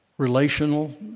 relational